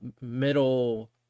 middle